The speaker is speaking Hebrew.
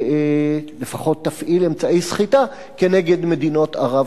ולפחות תפעיל אמצעי סחיטה כנגד מדינות ערב